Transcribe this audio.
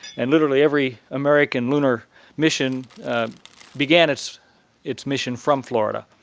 and literally every american lunar mission began its its mission from florida.